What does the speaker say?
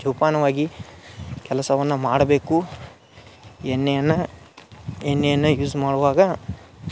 ಜೋಪಾನವಾಗಿ ಕೆಲಸವನ್ನು ಮಾಡಬೇಕು ಎಣ್ಣೆಯನ್ನು ಎಣ್ಣೆಯನ್ನು ಯೂಸ್ ಮಾಡುವಾಗ